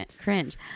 cringe